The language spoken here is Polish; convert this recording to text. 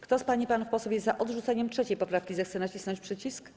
Kto z pań i panów posłów jest za odrzuceniem 3. poprawki, zechce nacisnąć przycisk.